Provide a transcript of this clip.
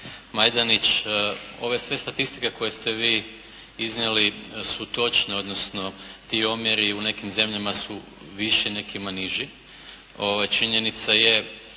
Majdenić, ove sve statistike koje ste vi iznijeli su točne, odnosno ti omjeri u nekim zemljama su viši u nekima niži. Činjenica je